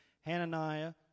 Hananiah